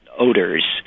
odors